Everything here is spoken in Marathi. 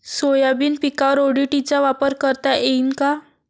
सोयाबीन पिकावर ओ.डी.टी चा वापर करता येईन का?